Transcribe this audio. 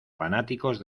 fanáticos